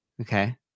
Okay